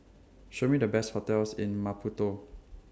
Show Me The Best hotels in Maputo